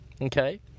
Okay